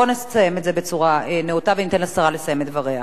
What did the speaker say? בואי נסיים את זה בצורה נאותה וניתן לשרה לסיים את דבריה.